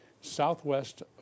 Southwest